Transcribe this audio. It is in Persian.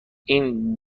این